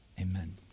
Amen